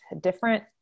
different